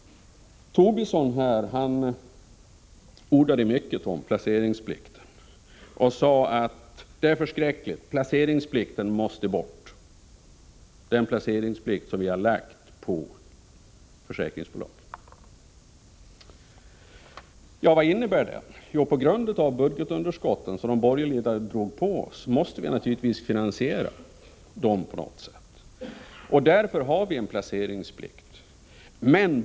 Lars Tobisson ordade mycket om placeringsplikten. Han sade att det är förskräckligt, placeringsplikten som vi har lagt på försäkringsbolagen måste bort. Vad innebär placeringsplikt? Jo, det budgetunderskott som de borgerliga drog på oss måste naturligtvis på något sätt finansieras. Därför har vi också en placeringsplikt.